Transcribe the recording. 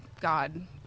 God